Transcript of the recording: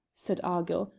said argyll,